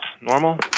Normal